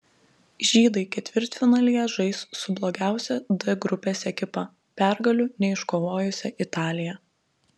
žydai ketvirtfinalyje žais su blogiausia d grupės ekipa pergalių neiškovojusia italija